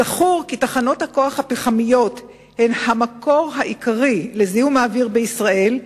זכור כי תחנות הכוח הפחמיות הן המקור העיקרי לזיהום האוויר בישראל,